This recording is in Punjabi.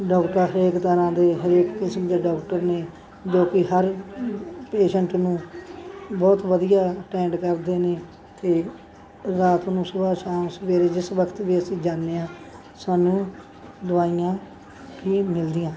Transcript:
ਡਾਕਟਰ ਹਰੇਕ ਤਰ੍ਹਾਂ ਦੇ ਹਰੇਕ ਕਿਸਮ ਦੇ ਡੋਕਟਰ ਨੇ ਜੋ ਕਿ ਹਰ ਪੇਸ਼ੈਂਟ ਨੂੰ ਬਹੁਤ ਵਧੀਆ ਟੈਂਡ ਕਰਦੇ ਨੇ ਅਤੇ ਰਾਤ ਨੂੰ ਸੁਬਹ ਸ਼ਾਮ ਸਵੇਰੇ ਜਿਸ ਵਕਤ ਵੀ ਅਸੀਂ ਜਾਂਦੇ ਹਾਂ ਸਾਨੂੰ ਦਵਾਈਆਂ ਹੀ ਮਿਲਦੀਆਂ